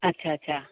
अच्छा अच्छा